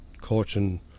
coaching